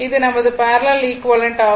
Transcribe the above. இது நமது parallel equivalent ஆகும்